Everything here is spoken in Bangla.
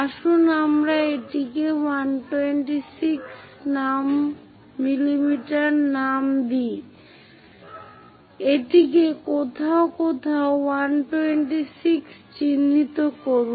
আসুন আমরা এটিকে 126 mm নাম দিই এটিকে কোথাও কোথাও 126 চিহ্নিত করুন